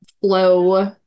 flow